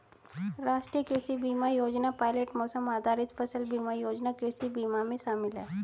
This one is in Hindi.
राष्ट्रीय कृषि बीमा योजना पायलट मौसम आधारित फसल बीमा योजना कृषि बीमा में शामिल है